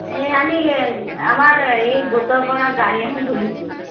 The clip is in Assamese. এই আমি এই আমাৰ হেৰি গোটৰ পৰা গাড়ী এখন ধৰিছোঁ